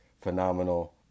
phenomenal